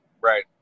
Right